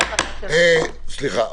סליחה,